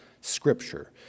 Scripture